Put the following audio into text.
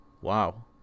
Wow